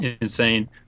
insane